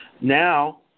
Now